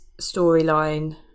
storyline